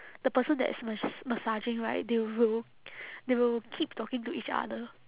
the person that is mas~ massaging right they will they will keep talking to each other